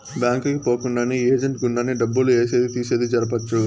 bank కి పోకుండానే agent గుండానే డబ్బులు ఏసేది తీసేది జరపొచ్చు